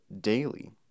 daily